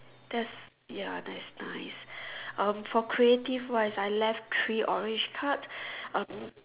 that's ya that's nice um for creative wise I left three orange cards um